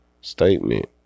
statement